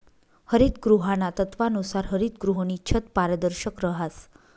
हरितगृहाना तत्वानुसार हरितगृहनी छत पारदर्शक रहास